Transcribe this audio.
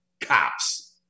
Cops